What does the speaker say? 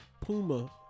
puma